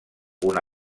una